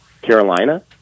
Carolina